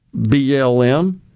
BLM